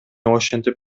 ошентип